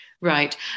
Right